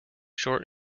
short